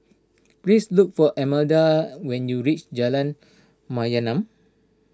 please look for Imelda when you reach Jalan Mayaanam